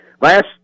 last